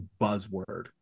buzzword